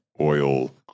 oil